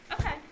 Okay